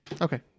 okay